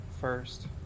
first